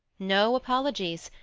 no apologies!